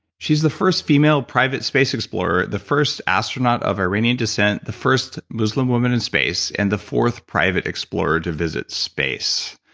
she's the first female private space explorer, the first astronaut of iranian descent, the first muslim woman in space, and the fourth private explorer to visit space.